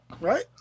Right